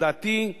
לדעתי,